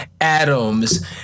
Adams